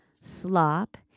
slop